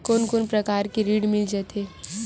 कोन कोन प्रकार के ऋण मिल जाथे?